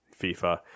FIFA